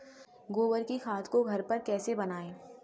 गोबर की खाद को घर पर कैसे बनाएँ?